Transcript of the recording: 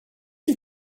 you